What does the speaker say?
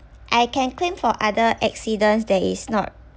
I can claim for other accidents that is not